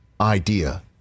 idea